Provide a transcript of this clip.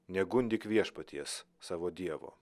negundyk viešpaties savo dievo